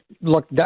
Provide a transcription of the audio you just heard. look